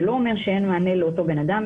זה לא אומר שאין מענה לאותו בן אדם,